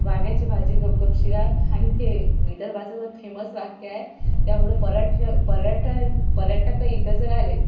वांग्याची भाजी गप गप शिरा आणि ते विदर्भाचा तर फेमस वाक्य आहे त्यामुळे पर्यट पर्यटन पर्यटक इथं जर आले